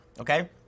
Okay